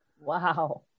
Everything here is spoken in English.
wow